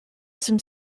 some